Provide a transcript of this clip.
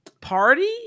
Party